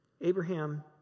Abraham